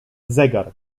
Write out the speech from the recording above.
zegar